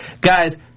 Guys